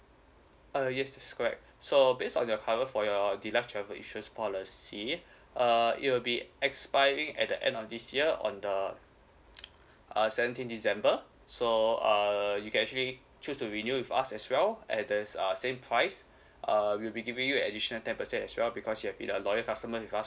uh yes it's correct so based on your cover for your deluxe travel insurance policy uh it will be expiring at the end of this year on the uh seventeen december so uh you can actually choose to renew with us as well and there's uh same price uh we'll be giving you additional ten percent as well because you've been a loyal customer with us